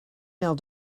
female